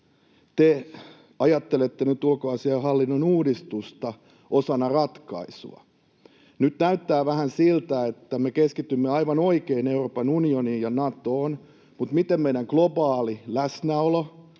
te ajattelette nyt ulkoasiainhallinnon uudistusta osana ratkaisua? Nyt näyttää vähän siltä, että me keskitymme aivan oikein Euroopan unioniin ja Natoon, mutta miten meidän globaali läsnäolomme,